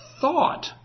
thought